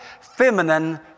feminine